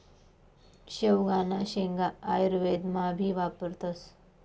शेवगांना शेंगा आयुर्वेदमा भी वापरतस